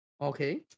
Okay